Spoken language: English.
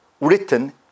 written